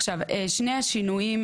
עכשיו, שני השינויים